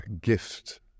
gift